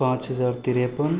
पाँच हजार तिरपन